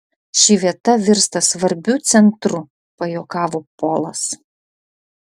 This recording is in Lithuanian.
ši vieta virsta svarbiu centru pajuokavo polas